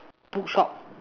bookshop